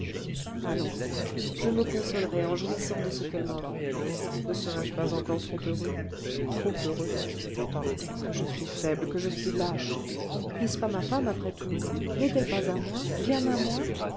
allons je me consolerai en jouissant de ce qu'elle m'offre ne serai-je pas encore trop heureux trop heureux oh que je suis faible que je suis lâche n'est-ce pas ma femme après tout n'est-elle pas à moi bien à moi